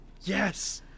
Yes